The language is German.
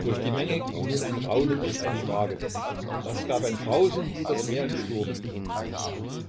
durch die menge ging nun ein raunen und ein fragen das gab ein brausen wie das meer im sturm